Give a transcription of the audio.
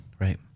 Right